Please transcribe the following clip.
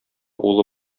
улы